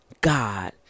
God